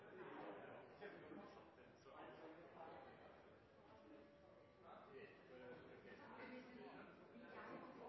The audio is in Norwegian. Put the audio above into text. samhold. Har det virkelig det? I så fall er det